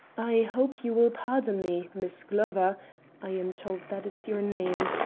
i hope you will pardon me, miss glover i am told that is your name.